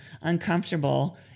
uncomfortable